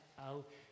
out